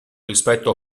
rispetto